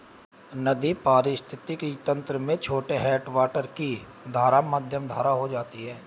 नदी पारिस्थितिक तंत्र में छोटे हैडवाटर की धारा मध्यम धारा हो जाती है